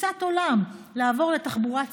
כתפיסת עולם: לעבור לתחבורה הציבורית,